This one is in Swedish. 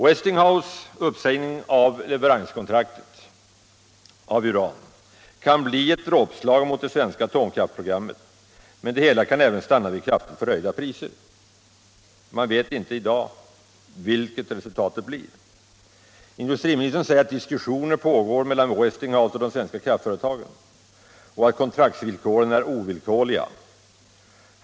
Westinghouse uppsägning av kontraktet om uranleverans kan bli ett dråpslag mot det svenska atomkraftsprogrammet, men det hela kan även stanna vid kraftigt förhöjda priser. Industriministern säger att diskussioner pågår mellan Westinghouse och de svenska kraftföretagen och att kontraktsvillkoren är ovillkorliga.